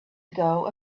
ago